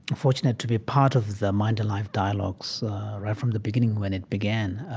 fortunate to be a part of the mind and life dialogues right from the beginning when it began.